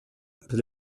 per